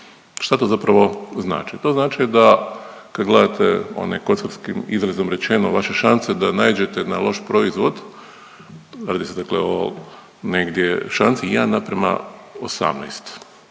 Šta to zapravo znači? To znači da kad gledate onim kockarskim izrazom rečeno vaše šanse da naiđete na loš proizvod, radi se dakle o negdje šansi 1:18.